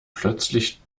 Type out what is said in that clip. plötzlich